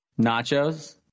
Nachos